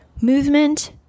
Movement